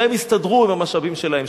שהן יסתדרו עם המשאבים שלהן.